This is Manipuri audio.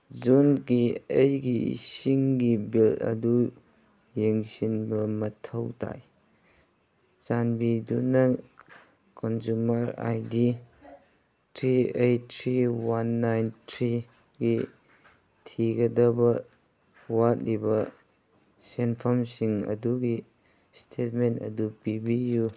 ꯖꯨꯟꯒꯤ ꯑꯩꯒꯤ ꯏꯁꯤꯡꯒꯤ ꯕꯤꯜ ꯑꯗꯨ ꯌꯦꯡꯁꯤꯟꯕ ꯃꯊꯧ ꯇꯥꯏ ꯆꯥꯟꯕꯤꯗꯨꯅ consumer I D three eight three one nine ꯊ꯭ꯔꯤꯒꯤ ꯊꯤꯒꯗꯕ ꯋꯥꯠꯂꯤꯕ ꯁꯦꯟꯐꯝꯁꯤꯡ ꯑꯗꯨꯒꯤ ꯏꯁꯇꯦꯠꯃꯦꯟ ꯑꯗꯨ ꯄꯤꯕꯤꯌꯨ